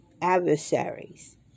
Adversaries